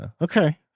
Okay